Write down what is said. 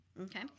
okay